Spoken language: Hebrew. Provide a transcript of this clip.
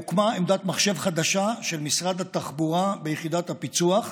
הוקמה עמדת מחשב חדשה של משרד התחבורה ביחידת הפיצו"ח